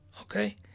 Okay